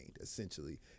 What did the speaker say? essentially